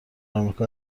امریکا